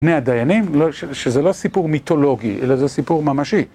בני הדיינים, שזה לא סיפור מיתולוגי, אלא זה סיפור ממשי.